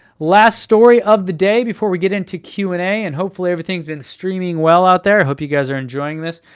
last story of the day before we get into q and a, and hopefully everything's been streaming well out there, i hope you guys are enjoying this,